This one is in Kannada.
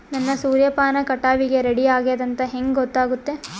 ನನ್ನ ಸೂರ್ಯಪಾನ ಕಟಾವಿಗೆ ರೆಡಿ ಆಗೇದ ಅಂತ ಹೆಂಗ ಗೊತ್ತಾಗುತ್ತೆ?